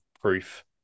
proof